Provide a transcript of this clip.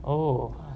oh